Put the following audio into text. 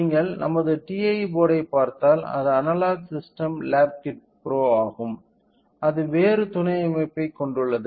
நீங்கள் நமது TI போர்டைப் பார்த்தால் அது analog system lab kit pro ஆகும் அது வேறு துணை அமைப்பைக் கொண்டுள்ளது